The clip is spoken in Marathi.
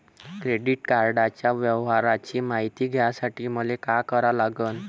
क्रेडिट कार्डाच्या व्यवहाराची मायती घ्यासाठी मले का करा लागन?